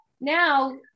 now